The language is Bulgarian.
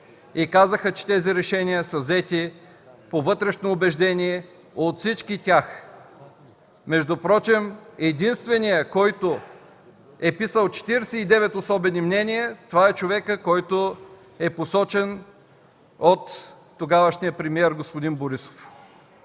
Казаха, че тези решения са взети по вътрешно убеждение от всички тях. Впрочем, единственият, който е писал 49 особени мнения, това е човекът, който е посочен от тогавашния премиер господин Борисов.